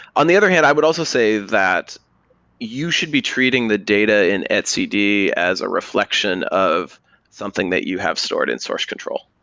on the other hand, i would also say that you should be treating the data in etcd as a reflection of something that you have stored in source control.